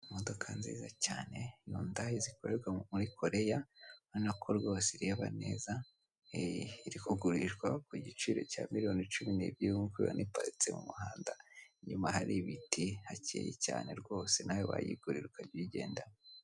Uburyo bukoreshwa mu kwamamaza ikigo cy'ubwishingizi naho kika gisohora ikarita iriho aho wagisanga ugikeneye.